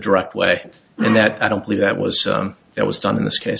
direct way and that i don't believe that was that was done in this case